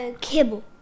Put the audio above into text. kibble